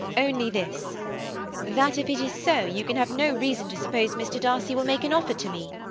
only this that if it is so, you can have no reason to suppose mr. darcy will make an offer to me.